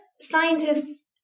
scientists